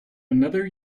another